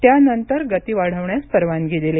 त्यानंतर गती वाढविण्यास परवानगी दिली